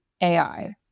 AI